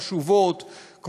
חשובות,